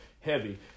heavy